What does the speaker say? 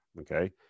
Okay